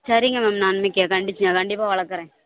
சரிங்க மேம் நான் இன்றைக்கி கண்டிச்சி நான் கண்டிப்பாக வளர்க்கறேன்